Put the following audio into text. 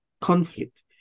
conflict